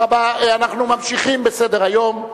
אנחנו ממשיכים בסדר-היום,